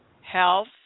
health